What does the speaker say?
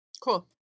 Cool